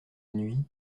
nuit